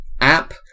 app